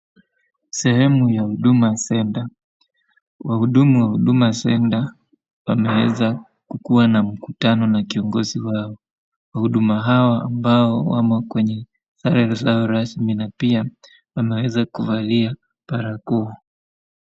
Sehemu ya huduma center . Wahudumu wa huduma center wameweza kukuwa na mkutano na kiongozi wao. Wahudumu hao ambao wamo kwenye sare zao rasmi na pia wameweza kuvalia barakoa.